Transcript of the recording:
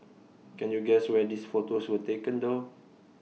can you guess where these photos were taken though